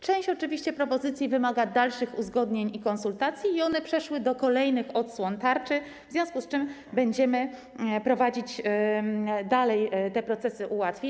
Część propozycji oczywiście wymaga dalszych uzgodnień i konsultacji, one przeszły do kolejnych odsłon tarczy, w związku z czym będziemy prowadzić dalej te procesy ułatwień.